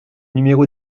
numéro